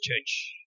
church